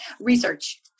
research